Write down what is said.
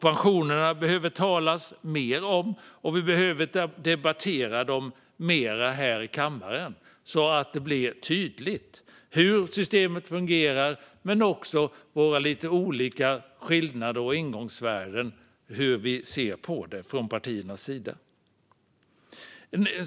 Vi behöver tala mer om pensionerna och debattera dem mer här i kammaren så att det blir tydligt hur systemet fungerar och hur vi i partierna ser på det med våra skillnader och olika ingångsvärden.